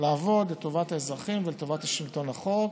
לעבוד לטובת האזרחים ולטובת שלטון החוק,